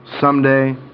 someday